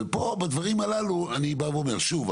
ושוב,